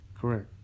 Correct